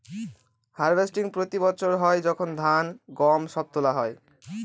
harvesting প্রতি বছর হয় যখন ধান, গম সব তোলা হয়